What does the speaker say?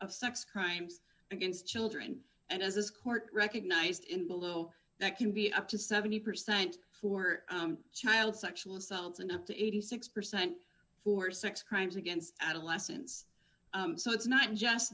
of sex crimes against children and as this court recognized in below that can be up to seventy percent for child sexual assaults and up to eighty six percent for sex crimes against adolescence so it's not just